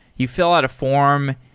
you fill out a form,